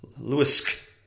Lewis